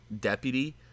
deputy